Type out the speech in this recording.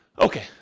Okay